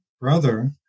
brother